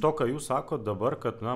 to ką jūs sakot dabar kad na